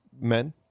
Men